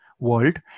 world